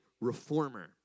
reformer